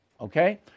Okay